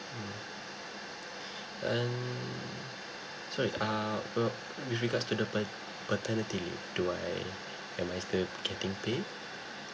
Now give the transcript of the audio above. mmhmm and sorry uh well with regards to the pa~ paternity leave do I am I still getting pay